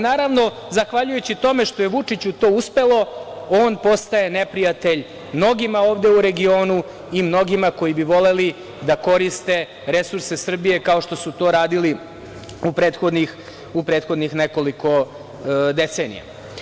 Naravno, zahvaljujući tome što je Vučiću to uspelo, on postaje neprijatelj mnogima ovde u regionu i mnogima koji bi voleli da koriste resurse Srbije, kao što su to radili u prethodnih nekoliko decenija.